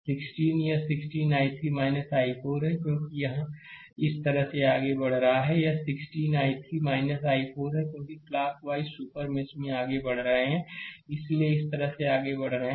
तो 16 यहां 16 I3 i4 है क्योंकि यह इस तरह से आगे बढ़ रहा है यह 16 I3 i4 है क्योंकि क्लॉकवाइज सुपर मेष में आगे बढ़ रहे हैं इस तरह से आगे बढ़ रहे हैं